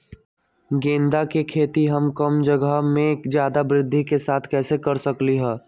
गेंदा के खेती हम कम जगह में ज्यादा वृद्धि के साथ कैसे कर सकली ह?